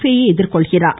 பே யை எதிர்கொள்கிறார்